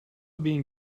being